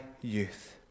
youth